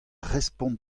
respont